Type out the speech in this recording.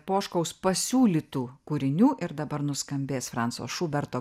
poškaus pasiūlytų kūrinių ir dabar nuskambės franco šuberto